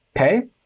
okay